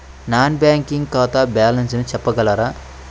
నా బ్యాంక్ ఖాతా బ్యాలెన్స్ చెప్పగలరా?